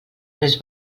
més